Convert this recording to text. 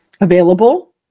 available